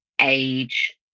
age